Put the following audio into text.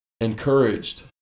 encouraged